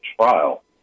trial